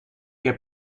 heb